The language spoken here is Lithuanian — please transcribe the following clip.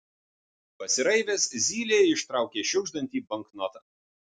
pasiraivęs zylė ištraukė šiugždantį banknotą